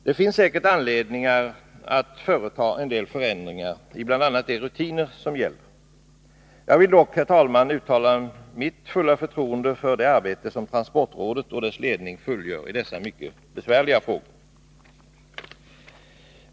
Det finns säkert anledningar att företa en del förändringar bl.a. i de rutiner som gäller. Jag vill dock, herr talman, uttala mitt fulla förtroende för det arbete som transportrådet och dess ledning fullgör i dessa mycket besvärliga frågor.